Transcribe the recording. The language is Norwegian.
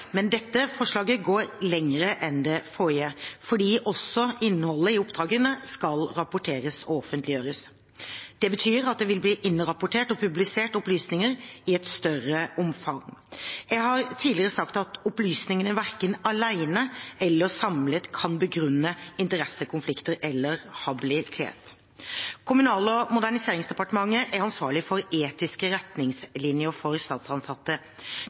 Men dette forslaget går lenger enn det forrige, fordi også innholdet i oppdragene skal rapporteres og offentliggjøres. Det betyr at det vil bli innrapportert og publisert opplysninger i et større omfang. Jeg har tidligere sagt at opplysningene verken alene eller samlet kan begrunne interessekonflikter eller habilitet. Kommunal- og moderniseringsdepartementet er ansvarlig for etiske retningslinjer for statsansatte.